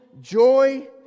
joy